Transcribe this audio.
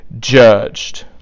judged